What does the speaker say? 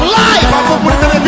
life